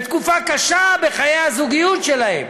בתקופה קשה בחיי הזוגיות שלהם,